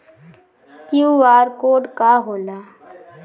QR code का होला?